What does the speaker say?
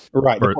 Right